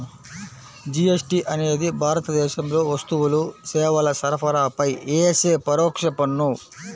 GST అనేది భారతదేశంలో వస్తువులు, సేవల సరఫరాపై యేసే పరోక్ష పన్ను